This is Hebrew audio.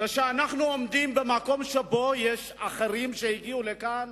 כשאנחנו עומדים במקום שבו יש אחרים שהגיעו לכאן